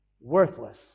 worthless